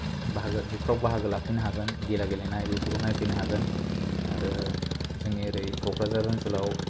बाहागो बेफोराव बाहागो लाफैनो हागोन गेला गेलेनाय बेफोरखौ नायफैनो हागोन आरो जोंनि एरै क'क्राझार ओनसोलाव